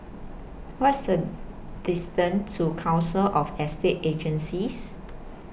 What IS The distance to Council of Estate Agencies